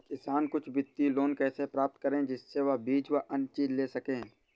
किसान कुछ वित्तीय लोन कैसे प्राप्त करें जिससे वह बीज व अन्य चीज ले सके?